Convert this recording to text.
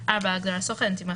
(4) ההגדרה "סוכן" תימחק,